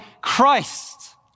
Christ